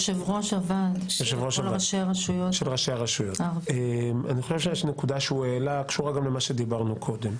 הוועד של ראשי הרשויות קשורה גם למה שדיברנו קודם.